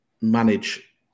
manage